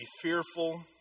fearful